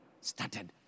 started